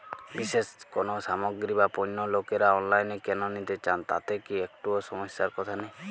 বিশেষ কোনো সামগ্রী বা পণ্য লোকেরা অনলাইনে কেন নিতে চান তাতে কি একটুও সমস্যার কথা নেই?